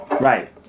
Right